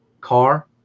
car